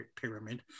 pyramid